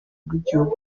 rw’igihugu